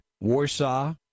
Warsaw